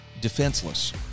Defenseless